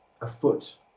afoot